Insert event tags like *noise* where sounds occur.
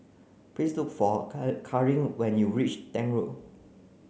please look for *unintelligible* Carlene when you reach Tank Road